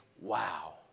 wow